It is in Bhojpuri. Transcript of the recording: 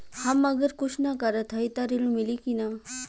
हम अगर कुछ न करत हई त ऋण मिली कि ना?